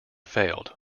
failed